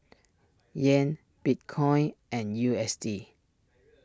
Yen Bitcoin and U S D